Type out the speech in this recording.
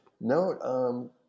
No